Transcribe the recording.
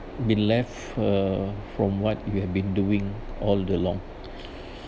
been left uh from what you have been doing all the long